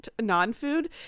non-food